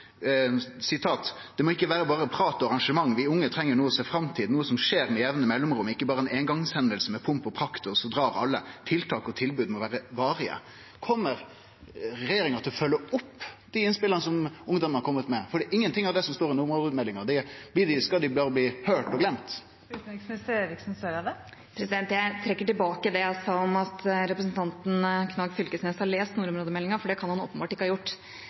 må ikke bare være prat og arrangement. Vi unge trenger noe å se frem til, noe som skjer med jevne mellomrom, ikke bare en engangshendelse med pomp og prakt, og så drar alle. Tiltak og tilbud må være varige.» Kjem regjeringa til å følgje opp dei innspela som ungdomane har kome med? Ingenting om dette står i nordområdemeldinga. Skal dei berre bli høyrde og gløymde? Jeg trekker tilbake det jeg sa om at representanten Knag Fylkesnes har lest nordområdemeldinga, for det kan han åpenbart ikke ha gjort.